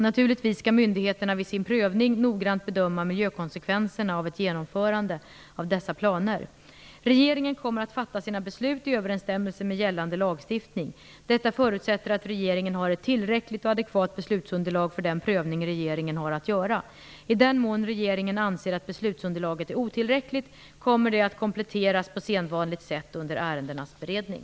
Naturligtvis skall myndigheterna vid sin prövning noggrant bedöma miljökonsekvenserna av ett genomförande av dessa planer. Regeringen kommer att fatta sina beslut i överensstämmelse med gällande lagstiftning. Detta förutsätter att regeringen har ett tillräckligt och adekvat beslutsunderlag för den prövning regeringen har att göra. I den mån regeringen anser att beslutsunderlaget är otillräckligt kommer det att kompletteras på sedvanligt sätt under ärendenas beredning.